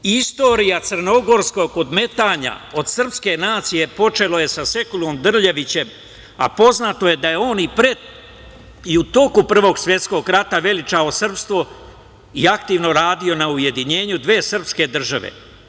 Istorija crnogorskog odmetanja od srpske nacije počela je sa Sekulom Drljevićem, a poznato je da je on i u toku Prvog svetskog rata veličao srpstvo i aktivno radio na ujedinjenju dve srpske države.